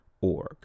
org